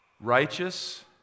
Righteous